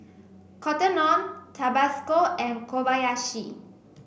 Cotton On Tabasco and Kobayashi